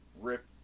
rip